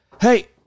Hey